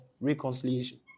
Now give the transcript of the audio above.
reconciliation